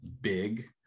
big